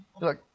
look